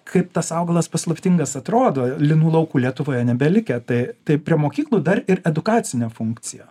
kaip tas augalas paslaptingas atrodo linų laukų lietuvoje nebelikę tai tai prie mokyklų dar ir edukacinė funkcija